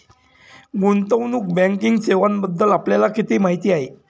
गुंतवणूक बँकिंग सेवांबद्दल आपल्याला किती माहिती आहे?